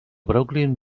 brooklyn